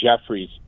Jeffries